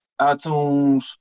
iTunes